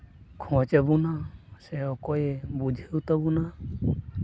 ᱠᱷᱳᱡᱽ ᱟᱵᱚᱱᱟ ᱥᱮ ᱚᱠᱚᱭ ᱮ ᱵᱩᱡᱷᱟᱹᱣ ᱛᱟᱵᱚᱱᱟ